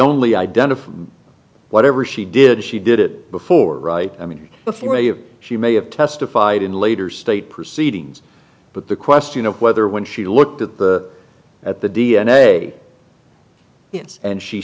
only identified whatever she did she did it before right i mean before a if she may have testified in later state proceedings but the question of whether when she looked at the at the d n a yes and she